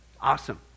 Awesome